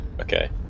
Okay